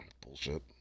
Bullshit